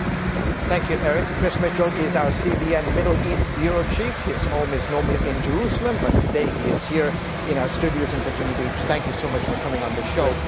thank you, eric. chris mitchell is our cbn middle east bureau chief. his home is normally in jerusalem, but today he is here in our studios in virginia beach. thank you so much for coming on this show.